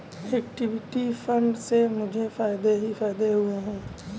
equity fund से मुझे फ़ायदे ही फ़ायदे हुए हैं